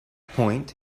point